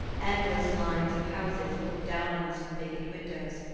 endless lines of houses looked down on us from vacant windows.